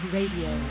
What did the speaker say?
Radio